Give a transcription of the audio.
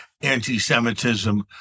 anti-Semitism